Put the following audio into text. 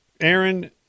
Aaron